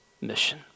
mission